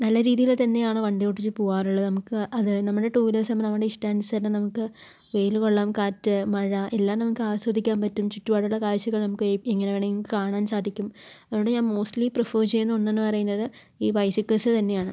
നല്ല രീതിയിൽ തന്നെയാണ് വണ്ടി ഓടിച്ചു പോവാറുള്ളത് നമുക്ക് അത് നമ്മുടെ ടൂ വീലേഴ്സ് ആവുമ്പം നമ്മുടെ ഇഷ്ടാനുസരണം നമുക്ക് വെയിൽ കൊള്ളാം കാറ്റ് മഴ എല്ലാം നമുക്ക് ആസ്വദിക്കാൻ പറ്റും ചുറ്റുപാടുള്ള കാഴ്ചകൾ നമുക്ക് എങ്ങനെ വേണമെങ്കിലും കാണാൻ സാധിക്കും അതുകൊണ്ടു ഞാൻ മോസ്റ്റിലി പ്രിഫെർ ചെയ്യുന്ന ഒന്നെന്നു പറയുന്നത് ഈ ബൈസിക്കിൾസ് തന്നെയാണ്